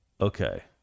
Okay